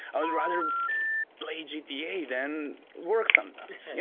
i would rather play gta than work sometimes.